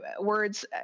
words